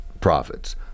profits